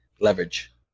leverage